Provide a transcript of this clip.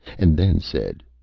and then said,